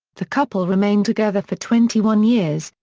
the couple remained together for twenty one years,